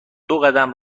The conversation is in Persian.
دوقدم